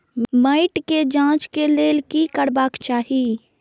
मैट के जांच के लेल कि करबाक चाही?